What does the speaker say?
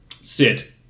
sit